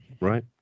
right